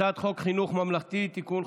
הצעת חוק חינוך ממלכתי (תיקון,